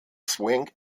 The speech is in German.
swing